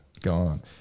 gone